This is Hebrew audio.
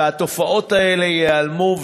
והתופעות האלה ייעלמו,